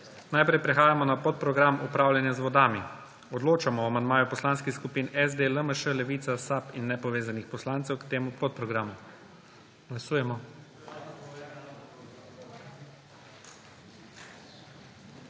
Najprej prehajamo na podprogram Upravljanje z vodami. Odločamo o amandmaju poslanskih skupin SD, LMŠ, Levica, SAB in nepovezanih poslancev k temu podprogramu. Glasujemo.